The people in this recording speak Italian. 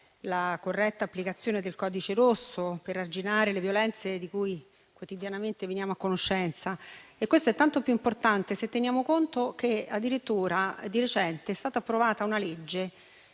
la corretta applicazione del codice rosso per arginare le violenze di cui quotidianamente veniamo a conoscenza e questo è tanto più importante se teniamo conto che di recente è stata approvata una legge,